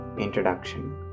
Introduction